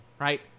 right